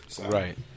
Right